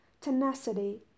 tenacity